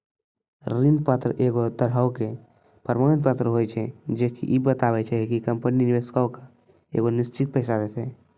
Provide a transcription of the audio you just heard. ऋण पत्र एक तरहो के प्रमाण पत्र होय छै जे की इ बताबै छै कि कंपनी निवेशको के एगो निश्चित पैसा देतै